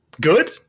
good